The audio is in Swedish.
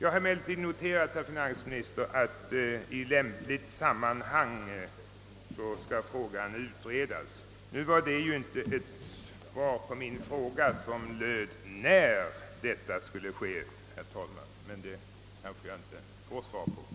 Jag har emellertid noterat, herr finansminister, att frågan »i lämpligt sammanhang» skall utredas. Det var nu inte svar på min fråga som gällde när detta skulle ske. Men får jag något svar på den frågan herr finansminister?